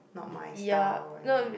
not my style not my